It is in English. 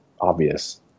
obvious